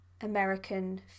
American